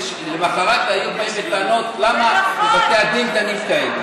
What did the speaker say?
ולמוחרת היו באים בטענות: למה בבתי הדין דנים כאלה?